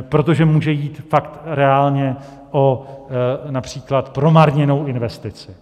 protože může jít pak reálně například o promarněnou investici.